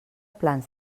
plans